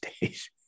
days